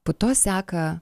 po to seka